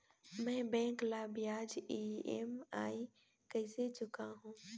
मैं बैंक ला ब्याज ई.एम.आई कइसे चुकाहू?